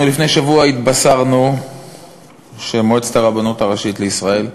לפני שבוע התבשרנו שמועצת הרבנות הראשית לישראל החליטה,